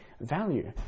value